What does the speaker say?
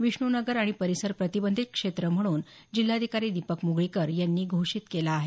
विष्णू नगर आणि परीसर प्रतिबंधीत क्षेत्र म्हणून जिल्हाधिकारी दिपक मुगळीकर यांनी घोषित केला आहे